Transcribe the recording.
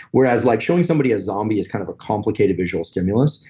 whereas like showing somebody a zombie is kind of a complicated visual stimulus,